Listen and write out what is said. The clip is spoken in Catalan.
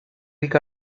ric